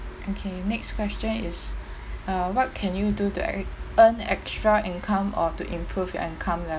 okay next question is uh what can you do to ea~ earn extra income or to improve your income